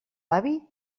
avi